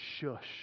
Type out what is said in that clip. shush